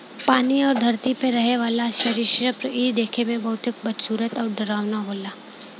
पानी आउर धरती पे रहे वाला सरीसृप इ देखे में बहुते बदसूरत आउर डरावना होला